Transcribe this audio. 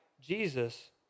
Jesus